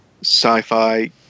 sci-fi